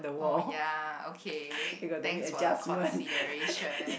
oh ya okay thanks for the consideration